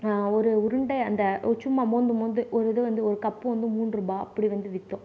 ஒரு உருண்டை அந்த சும்மா மோந்து மோந்து ஒரு இது வந்து ஒரு கப் வந்து மூன்று ரூபாய் அப்படி வந்து விற்றோம்